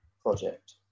project